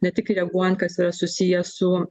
ne tik reaguojant kas yra susiję su